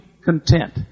content